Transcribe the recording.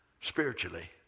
spiritually